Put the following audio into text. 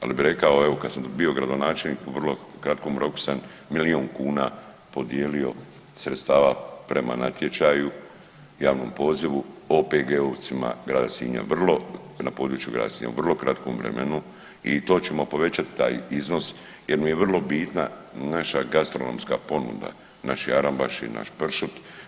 Ali bi rekao evo kad sam bio gradonačelnik u vrlo kratkom roku sam milijun kuna podijelio sredstava prema natječaju, javnom pozivu OPG-ovcima grada Sinja, na području grada Sinja, vrlo kratkom vremenu i to ćemo povećati taj iznos jer mi je vrlo bitna naša gastronomska ponuda, naši arambaši, naš pršut.